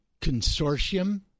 consortium